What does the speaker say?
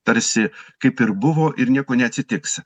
tarsi kaip ir buvo ir nieko neatsitiks